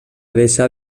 deixar